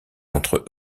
entre